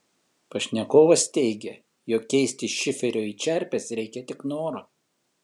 pašnekovas teigia jog keisti šiferio į čerpes reikia tik noro